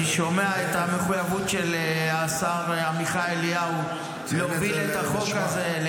אני שומע את המחויבות של השר עמיחי אליהו להוביל את החוק הזה,